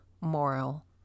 moral